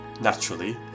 Naturally